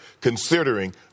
considering